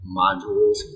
modules